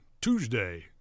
tuesday